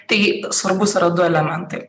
taip svarbūs yra du elementai